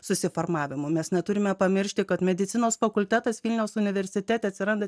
susiformavimu mes neturime pamiršti kad medicinos fakultetas vilniaus universitete atsiranda